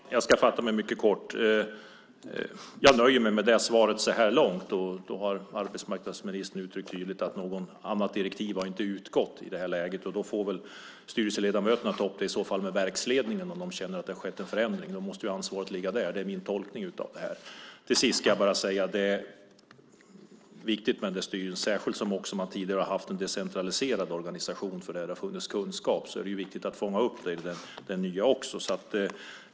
Herr talman! Jag ska fatta mig mycket kort. Jag nöjer mig med det svaret så här långt. Arbetsmarknadsministern har uttryckt tydligt att något annat direktiv inte har utgått i det här läget, och då får styrelseledamöterna ta upp det med verksledningen om de känner att det har skett en förändring. Då måste ansvaret ligga där. Det är min tolkning. Till sist ska jag bara säga att den här styrelsen är viktig, särskilt som den tidigare också har haft en decentraliserad organisation där det har funnits kunskap. Det är viktigt att fånga upp det i den nya styrelsen också.